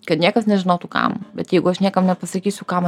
kad niekas nežinotų kam bet jeigu aš niekam nepasakysiu kam